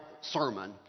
sermon